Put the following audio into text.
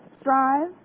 Strive